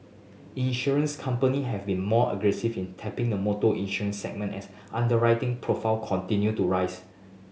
insurance company have been more aggressive in tapping the motor insurance segment as underwriting profit continue to rise